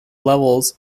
levels